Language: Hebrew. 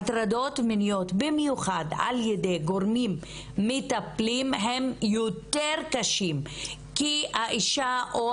הטרדות מיניות במיוחד על ידי גורמים מטפלים הן יותר קשות כי האישה או